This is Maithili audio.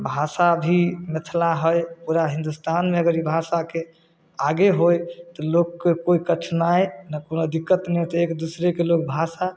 भाषा भी मिथिला हइ पूरा हिन्दुस्तानमे अगर ई भाषाके आगे होइ तऽ लोकके कोइ कठिनाइ नहि कोनो दिक्कत नहि होतै एक दोसरेके लोक भाषा